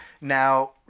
now